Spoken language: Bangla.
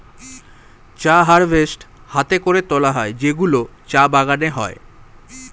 চা হারভেস্ট হাতে করে তোলা হয় যেগুলো চা বাগানে হয়